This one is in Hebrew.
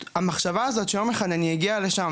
המחשבה הזאת שיום אחד אני אגיע לשם,